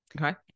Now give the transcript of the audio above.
Okay